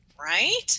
Right